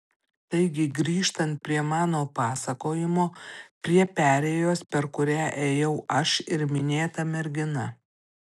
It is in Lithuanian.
taigi grįžtant prie mano pasakojimo prie perėjos per kurią ėjau aš ir minėta mergina